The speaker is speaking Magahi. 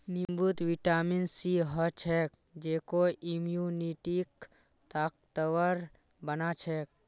नींबूत विटामिन सी ह छेक जेको इम्यूनिटीक ताकतवर बना छेक